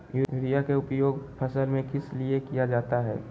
Urea के उपयोग फसल में किस लिए किया जाता है?